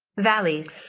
valleys.